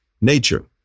nature